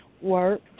work